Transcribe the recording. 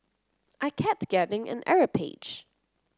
I kept getting an error page